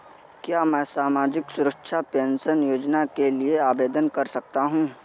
क्या मैं सामाजिक सुरक्षा पेंशन योजना के लिए आवेदन कर सकता हूँ?